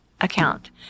account